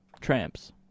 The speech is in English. tramps